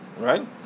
Right